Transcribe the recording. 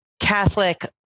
Catholic